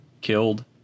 killed